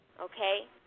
okay